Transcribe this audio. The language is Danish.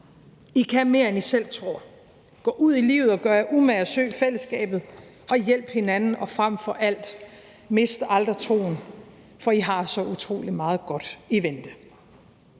I kan mere, end I selv tror. Gå ud i livet, og gør jer umage, søg fællesskabet og hjælp hinanden. Frem for alt: Mist aldrig troen, for I har så utrolig meget godt i vente.